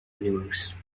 universe